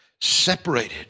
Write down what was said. separated